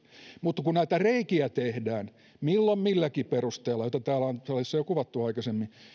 mutta kun näitä reikiä tehdään milloin milläkin perusteella joita täällä on salissa jo kuvattu aikaisemmin